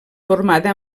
formada